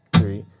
three,